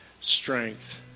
strength